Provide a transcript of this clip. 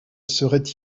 serait